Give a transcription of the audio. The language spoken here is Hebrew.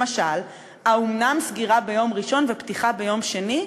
למשל, האומנם סגירה ביום ראשון ופתיחה ביום שני?